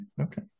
Okay